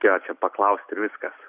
reikėjo čia paklaust ir viskas